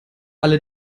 alle